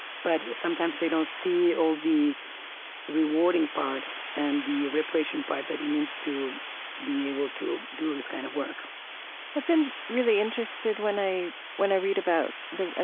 but sometimes they don't see all the rewarding part and the reparation part that it means to be able to do this kind of work i've been really interested when i when i read about i ah